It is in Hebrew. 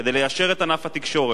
כדי ליישר את ענף התקשורת,